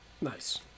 nice